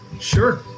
Sure